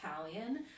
Italian